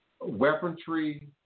weaponry